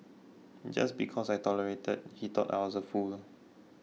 just because I tolerated he thought I was a fool